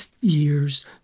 years